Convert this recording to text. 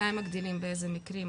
מתי מגדילים, באיזה מקרים.